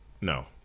No